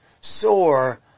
sore